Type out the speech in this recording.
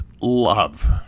love